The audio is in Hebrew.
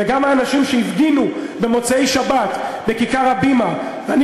וגם האנשים שהפגינו במוצאי-שבת בכיכר "הבימה" ואני